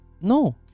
no